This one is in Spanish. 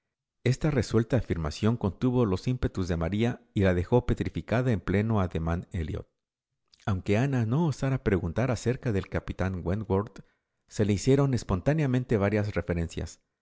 esta resuelta afirmación contuvo los fmpetus de maría y la dejó petrificada en pleno ademán elliot aunque ana no osara preguntar acerca del capitán wentworth se le hicieron espontáneamente varias referencias